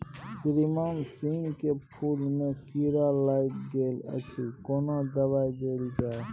श्रीमान सीम के फूल में कीरा लाईग गेल अछि केना दवाई देल जाय?